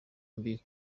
mbi